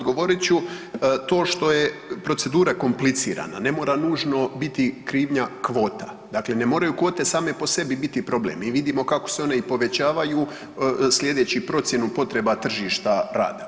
Odgovorit ću, to što je procedura komplicirana, ne mora nužno biti krivnja kvota, dakle ne moraju kvote same po sebi biti problem, mi vidimo kako se one i povećavaju slijedeći procjenu potreba tržišta rada.